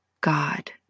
God